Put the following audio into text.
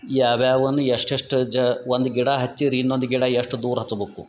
ಯಾವ್ಯಾವನ ಎಷ್ಟೆಷ್ಟು ಜ ಒಂದು ಗಿಡ ಹಚ್ಚಿರ ಇನ್ನೊಂದು ಗಿಡ ಎಷ್ಟು ದೂರ ಹಚ್ಬಕು